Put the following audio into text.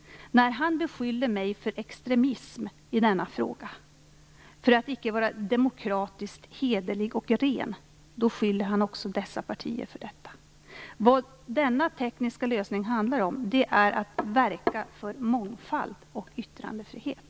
När han beskyller mig för extremism i denna fråga och för att icke vara demokratiskt hederlig och ren skyller han också dessa partier för detta. Vad denna tekniska lösning handlar om är att verka för mångfald och yttrandefrihet.